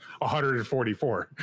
144